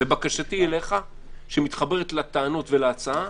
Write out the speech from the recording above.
ובקשתי אליך שמתחברת לטענות ולהצעה